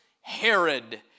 Herod